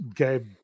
Okay